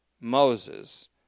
Moses